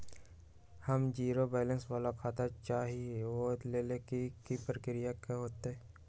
हम zero balance वाला खाता चाहइले वो लेल की की प्रक्रिया होतई?